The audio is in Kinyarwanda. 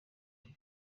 hehe